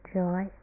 joy